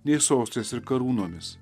nei sostais ir karūnomis